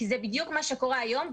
כי זה בדיוק מה שקורה היום,